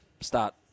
start